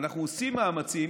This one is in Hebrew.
ואנחנו עושים מאמצים